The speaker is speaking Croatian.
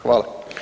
Hvala.